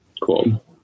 Cool